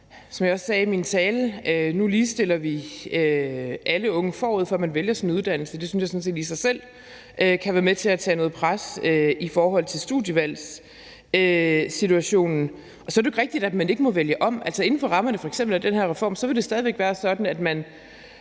Som jeg også sagde i min tale, ligestiller vi nu alle unge, forud for at man vælger sin uddannelse, altså så det i sig selv kan være med til at tage noget pres af i forhold til studievalgssituationen. Og så er det jo ikke rigtigt, at man ikke må vælge om. Altså, inden for rammerne af den her reform vil det stadig væk være sådan, at man